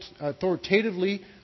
authoritatively